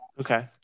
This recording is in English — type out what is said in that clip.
Okay